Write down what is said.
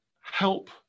help